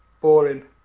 Boring